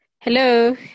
Hello